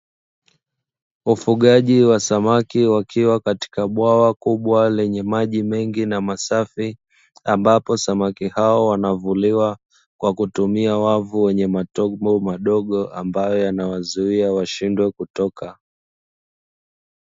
Ufugaji wa samaki wakiwa katika bwawa kubwa lenye maji mengi na masafi, ambapo samaki hao wanavuliwa kwa kutumia wavu wenye matobo madogo ambayo yanawazuia washindwe kutoka.